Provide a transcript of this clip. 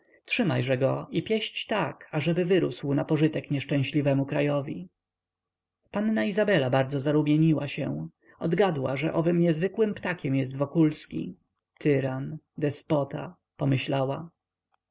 ptaka trzymajże go i pieść tak ażeby wyrósł na pożytek nieszczęśliwemu krajowi panna izabela bardzo zarumieniła się odgadła że owym niezwykłym ptakiem jest wokulski tyran despota pomyślała